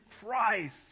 Christ